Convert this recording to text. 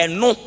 no